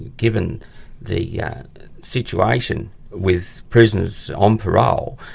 given the yeah situation with prisoners on parole,